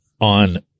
on